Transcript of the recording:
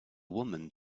woman